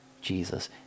Jesus